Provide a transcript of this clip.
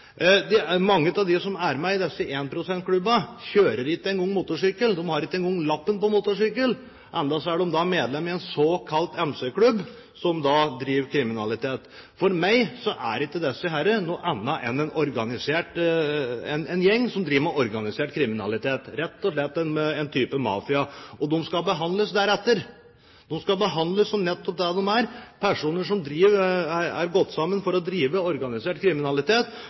Mange av dem som er med i disse énprosentklubbene, kjører ikke engang motorsykkel, de har ikke engang lappen for motorsykkel. Enda er de medlemmer i en såkalt MC-klubb som driver med kriminalitet. For meg er ikke disse noe annet enn en gjeng som driver med organisert kriminalitet, rett og slett en type mafia, og de skal behandles deretter, de skal behandles som nettopp det de er: personer som har gått sammen for å drive organisert kriminalitet